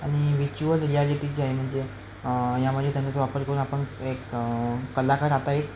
आणि व्हिच्युअल रियालिटी जी आहे म्हणजे यामध्ये त्या त्यांचा वापर करून आपण एक कलाकार आता एक